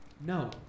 No